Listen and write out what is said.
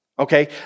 okay